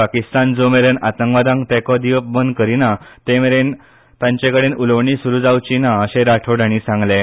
पाकिस्तान जो मेरेन आतंकवादाक तेंको दिवप बंद करिना ते मेरेन तांचे कडेन उलोवणी सुरू जावची ना अशें राठोड हांणी सांगलें